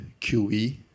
QE